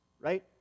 right